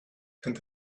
and